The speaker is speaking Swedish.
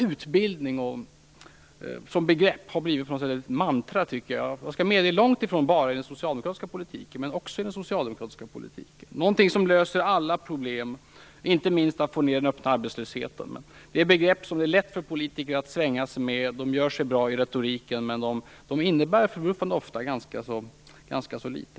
Utbildning som begrepp har blivit ett slags mantra, inte bara i den socialdemokratiska politiken - det skall medges - men också där. Det har blivit något som löser alla problem, inte minst när det gäller att få ned den öppna arbetslösheten. Utbildning är ett begrepp som det är lätt för politker att svänga sig med. Det gör sig bra i retoriken, men innebär förbluffande ofta ganska litet.